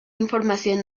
información